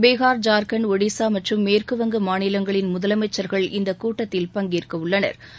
பீகார் ஜார்கண்ட் ஒடிசா மற்றும் மேற்குவங்க மாநிலங்களின் முதலமைச்சா்கள் இந்த கூட்டத்தில் பங்கேற்கவுள்ளனா்